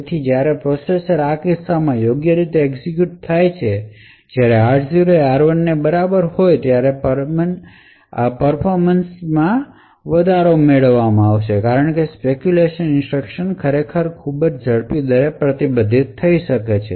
તેથી જ્યારે પ્રોસેસર આ કિસ્સામાં યોગ્ય રીતે એક્ઝેક્યુટ થાય છે જ્યારે r0 એ r1 ની બરાબર હોય ત્યારે પર્ફોમન્સ મેળવવામાં આવે છે કારણ કે સ્પેકયુલેશન ઇન્સટ્રકશન ખરેખર વધુ ઝડપી દરે પ્રતિબદ્ધ થઈ શકે છે